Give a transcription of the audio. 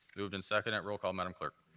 moved and seconded. roll call, madam clerk.